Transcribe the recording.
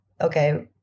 okay